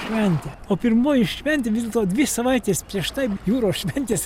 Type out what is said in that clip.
švente o pirmoji šventė vis dėlto dvi savaitės prieš tai jūros šventės